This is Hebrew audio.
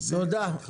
תודה, אלי.